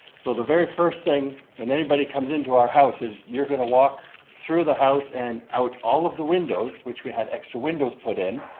so the very first thing when anybody comes into our house is you're going to walk through the house and out all of the windows, which we had extra windows put in,